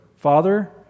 Father